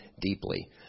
deeply